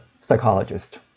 psychologist